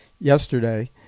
Yesterday